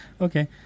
Okay